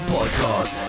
Podcast